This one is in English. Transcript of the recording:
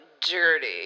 dirty